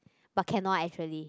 but cannot actually